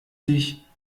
sich